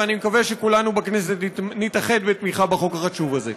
ואני מקווה שכולנו בכנסת נתאחד בתמיכה בחוק החשוב הזה.